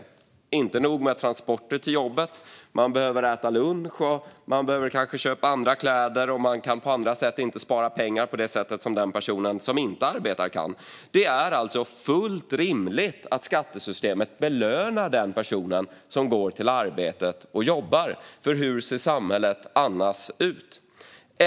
Det är inte nog med transporter till jobbet; man behöver äta lunch och kanske köpa andra kläder, och man kan inte spara pengar på andra sätt så som en person som inte arbetar kan. Det är alltså fullt rimligt att skattesystemet belönar den som går till arbetet och jobbar, för hur ser samhället annars ut?